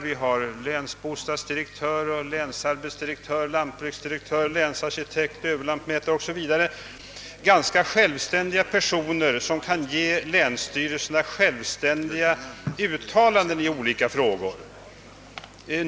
Vi har länsbostadsdirektör, länsarbetsdirektör, lantbruksdirektör, länsarkitekt, överlantmätare o.s.v., och de är ganska självständiga personer som kan ge länsstyrelserna självständiga uttalanden i olika frågor.